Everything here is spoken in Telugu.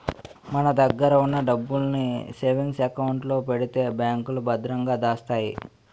మన దగ్గర ఉన్న డబ్బుల్ని సేవింగ్ అకౌంట్ లో పెడితే బ్యాంకులో భద్రంగా దాస్తాయి